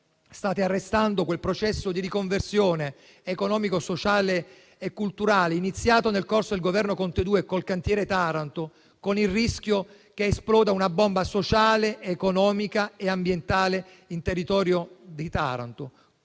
state arrestando quel processo di riconversione economico-sociale e culturale, iniziato nel corso del Governo Conte 2 con il cantiere Taranto, con il rischio che esploda una bomba sociale, economica e ambientale nel territorio di Taranto.